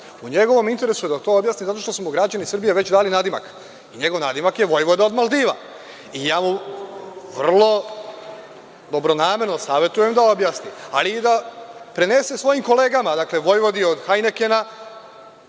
U njegovom je interesu da to objasni zato što su mu građani Srbije već dali nadimak. Njegov nadimak je vojvoda od Maldiva i vrlo dobronamerno mu savetujem da objasni, ali i da prenese svojim kolegama, dakle, vojvodi od Hajnikena,